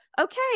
okay